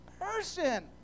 person